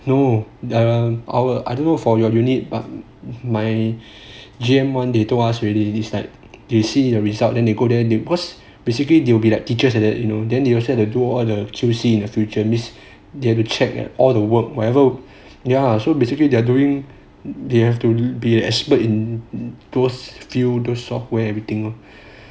oh the our I don't know for your unit but my G_M [one] they told us really decide they see the result then you go there was basically they will be like teachers at that you know then they will try to do all the tuesday in the future means they have to check and all the work whatever ya so basically they're doing they have to be the expert in those few software everything